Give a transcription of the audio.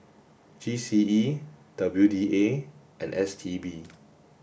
G C E W D A and S T B